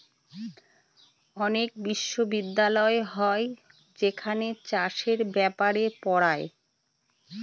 অনেক বিশ্ববিদ্যালয় হয় যেখানে চাষের ব্যাপারে পড়ায়